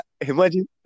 Imagine